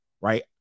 Right